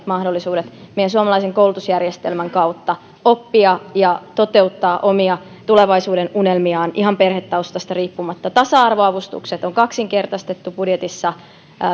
mahdollisuudet meidän suomalaisen koulutusjärjestelmän kautta oppia ja toteuttaa omia tulevaisuudenunelmiaan ihan perhetaustasta riippumatta tasa arvoavustukset on kaksinkertaistettu budjetissa